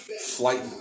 Flight